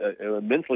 immensely